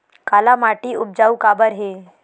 काला माटी उपजाऊ काबर हे?